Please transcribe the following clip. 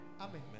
Amen